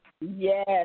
yes